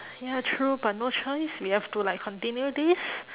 ya true but no choice we have to like continue this